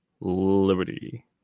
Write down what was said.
liberty